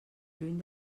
lluny